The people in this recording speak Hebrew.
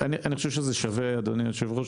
זה שווה, אדוני היושב-ראש.